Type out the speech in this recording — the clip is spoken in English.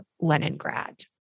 Leningrad